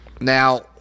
Now